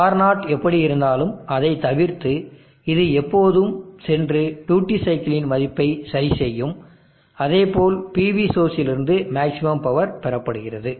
R0 எப்படி இருந்தாலும் அதை தவிர்த்து இது எப்போதும் சென்று டியூட்டி சைக்கிளின் மதிப்பை சரி செய்யும் அதேபோல் PV சோர்ஸ் இல் இருந்து மேக்ஸிமம் பவர் பெறப்படுகிறது